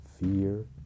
fear